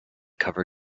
cover